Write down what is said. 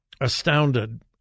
astounded